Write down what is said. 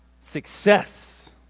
success